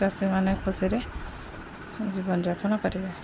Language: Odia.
ଚାଷୀମାନେ ଖୁସିରେ ଜୀବନ ଯାପନ କରିବେ